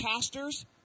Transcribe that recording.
pastors